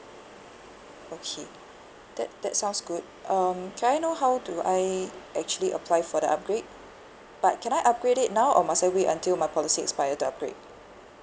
okay that that sounds good um can I know how do I actually apply for the upgrade but can I upgrade it now or must I wait until my policy expire to upgrade